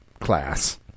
class